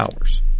hours